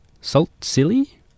salt-silly